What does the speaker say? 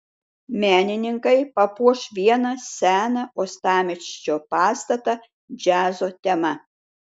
menininkai papuoš vieną seną uostamiesčio pastatą džiazo tema